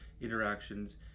interactions